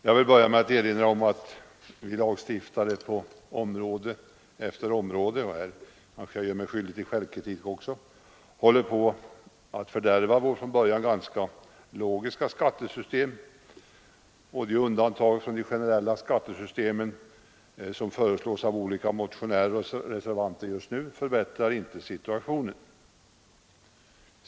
Jag vill börja med att erinra om att vi när vi lagstiftar om särregler på område efter område — och här kanske jag gör mig skyldig till självkritik också — håller på att fördärva vårt från början ganska logiska skattesystem. Och de undantag från de generella skattesystemen som nu föreslås av olika motionärer och reservanter förbättrar inte situationen.